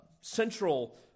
central